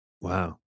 Wow